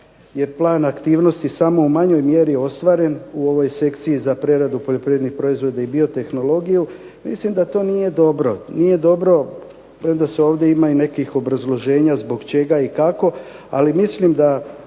je plan aktivnosti samo u manjoj mjeri ostvaren u ovoj sekciji za preradu poljoprivrednih proizvoda i biotehnologiju mislim da to nije dobro. Nije dobro, premda ovdje ima i nekih obrazloženja zbog čega i kako, ali mislim da